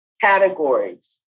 categories